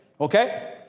Okay